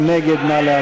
מי נגד?